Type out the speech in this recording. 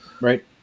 right